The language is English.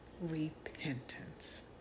repentance